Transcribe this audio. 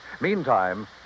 Meantime